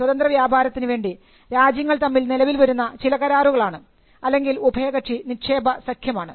സ്വതന്ത്ര വ്യാപാരത്തിന് വേണ്ടി രാജ്യങ്ങൾ തമ്മിൽ നിലവിൽ വരുന്ന ചില കരാറുകളാണ് അല്ലെങ്കിൽ ഉഭയകക്ഷി നിക്ഷേപ സഖ്യമാണ്